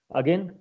again